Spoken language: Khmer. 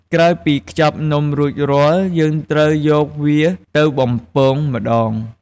ក្រោយពីខ្ចប់នំរួចរាល់ យើងត្រូវយកវាទៅបំពងម្ដង។